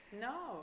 no